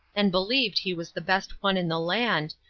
and believed he was the best one in the land,